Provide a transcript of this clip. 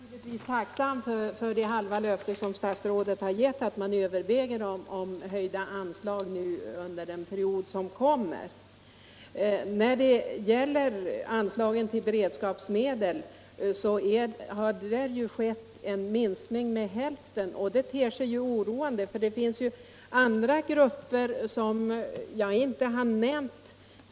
Herr talman! Jag är givetvis tacksam för det halva löfte som statsrådet har gett, att man överväger höjda anslag under den period som kommer. När det gäller anslagen till beredskapsmedel har det skett en minskning med hälften. Det ter sig oroande, för det finns ju andra grupper än dem jag här nämnt som bör tas med i bilden.